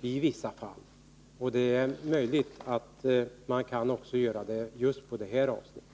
i vissa fall, kanske just på det här området.